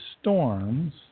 storms